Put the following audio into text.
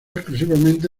exclusivamente